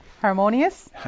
Harmonious